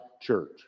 church